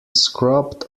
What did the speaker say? scrubbed